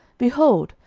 behold,